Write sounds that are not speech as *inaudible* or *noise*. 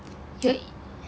*noise*